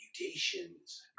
Mutations